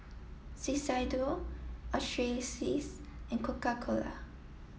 Shiseido and Coca cola